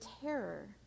terror